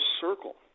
circle